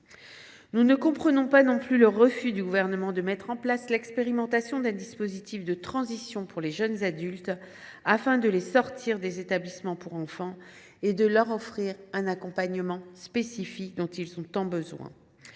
Nous ne comprenons pas non plus le refus du Gouvernement de mettre en place l’expérimentation d’un dispositif de transition pour les jeunes adultes afin de les sortir des établissements pour enfants et de leur offrir l’accompagnement spécifique dont ils ont tant besoin.